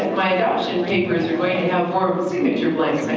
my adoption papers are going to have more signature blanks